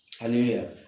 Hallelujah